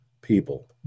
people